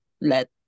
let